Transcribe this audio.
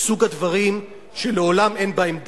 מסוג הדברים שלעולם אין בהם די,